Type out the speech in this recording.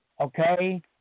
Okay